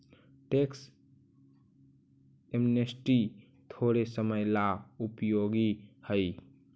tax amnesty थोड़े समय ला उपयोगी हई